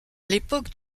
l’époque